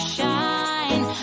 shine